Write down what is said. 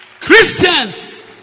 Christians